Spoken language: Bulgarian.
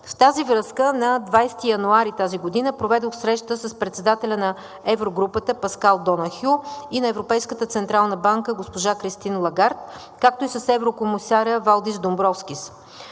В тази връзка на 20 януари тази година проведох среща с председателя на Еврогрупата Паскал Донахю и на Европейската централна банка госпожа Кристин Лагард, както и с еврокомисаря Валдис Домбровскис.